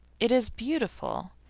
it is beautiful.